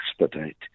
expedite